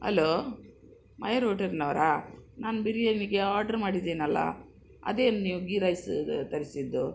hello Mayur ಹೋಟೆಲ್ನವ್ರಾ ನಾನು ಬಿರಿಯಾನಿಗೆ ಆರ್ಡ್ರ್ ಮಾಡಿದ್ದೀನಲ್ಲ ಅದೇನು ನೀವು ಗೀ ರೈಸ್ದು ತರಿಸಿದ್ದು